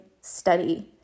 study